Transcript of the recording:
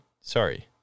sorry